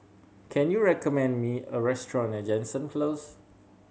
can you recommend me a restaurant near Jansen Close